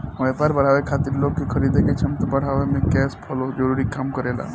व्यापार बढ़ावे खातिर लोग के खरीदे के क्षमता बढ़ावे में कैश फ्लो जरूरी काम करेला